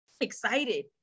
Excited